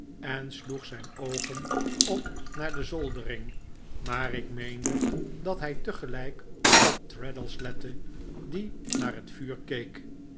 en sloeg zijn oogen op naar de zoldering maar ik meende dat hij tegelijk op traddles lette die naar het vuur keek